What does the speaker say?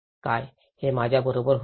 काय हे माझ्याबरोबर होईल